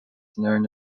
known